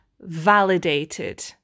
validated